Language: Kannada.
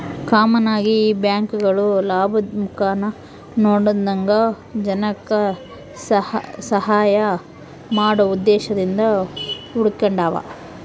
ಕಾಮನ್ ಆಗಿ ಈ ಬ್ಯಾಂಕ್ಗುಳು ಲಾಭುದ್ ಮುಖಾನ ನೋಡದಂಗ ಜನಕ್ಕ ಸಹಾಐ ಮಾಡೋ ಉದ್ದೇಶದಿಂದ ಹುಟಿಗೆಂಡಾವ